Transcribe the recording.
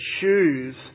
choose